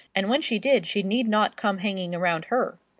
and when she did she need not come hanging around her.